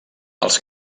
els